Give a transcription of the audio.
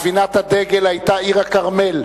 ספינת הדגל היתה עיר-הכרמל,